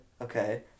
Okay